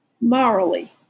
morally